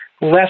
less